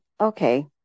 okay